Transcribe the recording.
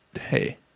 hey